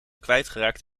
kwijtgeraakt